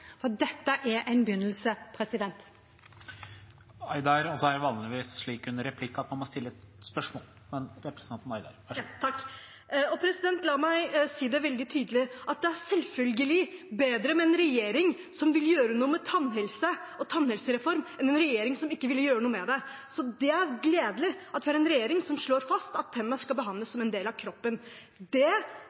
er vanligvis slik under replikk at man må stille et spørsmål. La meg si det veldig tydelig: Det er selvfølgelig bedre med en regjering som vil gjøre noe med tannhelse og tannhelsereform enn en regjering som ikke ville gjøre noe med det. Det er gledelig at vi har en regjering som slår fast at tennene skal behandles som en del av kroppen. Det vi kritiserer, er at det gjøres så lite på det. Jeg sier ikke at alt skal skje på én dag, det er faktisk ingen som tror at det